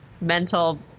mental